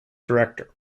director